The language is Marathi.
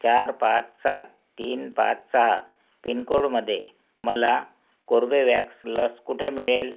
चार पाच सात तीन पाच सहा पिनकोडमध्ये मला कोर्बेवॅक्स लस कुठे मिळेल